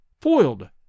foiled